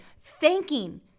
thanking